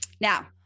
Now